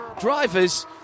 drivers